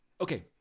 Okay